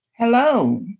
Hello